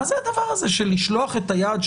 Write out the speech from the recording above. מה זה הדבר הזה של לשלוח את היד,